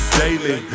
daily